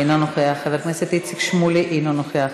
אינו נוכח, חבר הכנסת איציק שמולי, אינו נוכח,